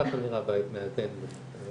ככה נראה בית מאזן לדוגמה.